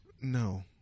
No